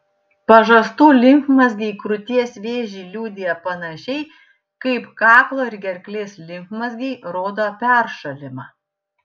pažastų limfmazgiai krūties vėžį liudija panašiai kaip kaklo ir gerklės limfmazgiai rodo peršalimą